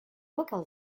local